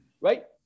Right